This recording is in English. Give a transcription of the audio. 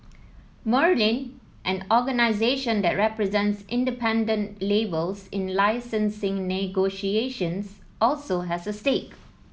Merlin an organisation that represents independent labels in licensing negotiations also has a stake